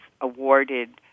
awarded